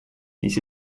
dies